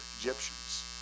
Egyptians